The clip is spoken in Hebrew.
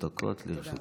שלוש דקות לרשותך.